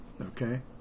okay